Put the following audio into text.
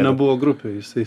nebuvo grupių jisai